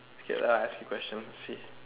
okay lah ask question see